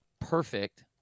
perfect